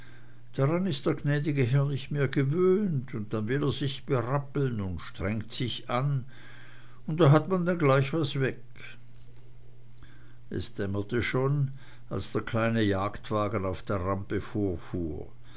daran ist der gnäd'ge herr nicht mehr gewöhnt und dann will er sich berappeln und strengt sich an und da hat man denn gleich was weg es dämmerte schon als der kleine jagdwagen auf der rampe vorfuhr